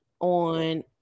on